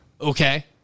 okay